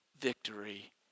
victory